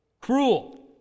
cruel